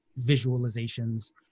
visualizations